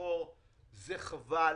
זה חבל.